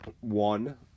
One